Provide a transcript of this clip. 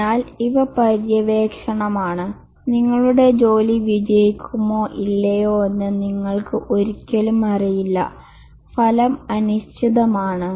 അതിനാൽ ഇവ പര്യവേക്ഷണമാണ് നിങ്ങളുടെ ജോലി വിജയിക്കുമോ ഇല്ലയോ എന്ന് നിങ്ങൾക്ക് ഒരിക്കലും അറിയില്ല ഫലം അനിശ്ചിതമാണ്